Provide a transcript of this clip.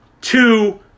two